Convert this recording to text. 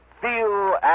feel